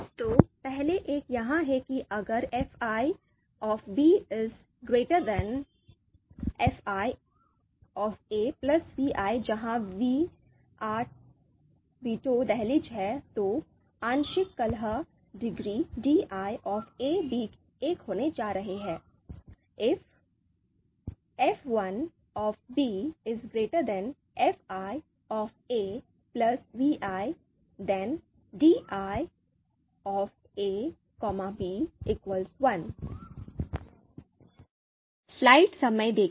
तो पहले एक यह है कि अगर fi fi vi जहां वीआई वीटो दहलीज है तो आंशिक कलह डिग्री diab एक होने जा रहा है